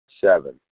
Seven